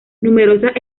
numerosas